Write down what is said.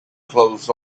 closed